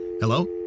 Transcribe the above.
Hello